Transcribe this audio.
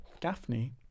Gaffney